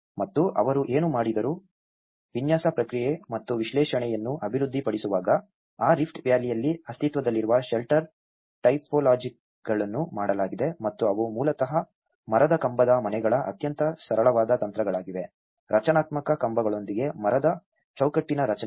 ಮತ್ತು ಅವರು ಏನು ಮಾಡಿದರು ವಿನ್ಯಾಸ ಪ್ರಕ್ರಿಯೆ ಮತ್ತು ವಿಶ್ಲೇಷಣೆಯನ್ನು ಅಭಿವೃದ್ಧಿಪಡಿಸುವಾಗ ಆ ರಿಫ್ಟ್ ವ್ಯಾಲಿಯಲ್ಲಿ ಅಸ್ತಿತ್ವದಲ್ಲಿರುವ ಶೆಲ್ಟರ್ ಟೈಪೋಲಾಜಿಗಳನ್ನು ಮಾಡಲಾಗಿದೆ ಮತ್ತು ಅವು ಮೂಲತಃ ಮರದ ಕಂಬದ ಮನೆಗಳ ಅತ್ಯಂತ ಸರಳವಾದ ತಂತ್ರಗಳಾಗಿವೆ ರಚನಾತ್ಮಕ ಕಂಬಗಳೊಂದಿಗೆ ಮರದ ಚೌಕಟ್ಟಿನ ರಚನೆಗಳು